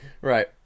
Right